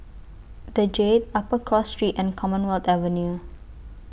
The Jade Upper Cross Street and Commonwealth Avenue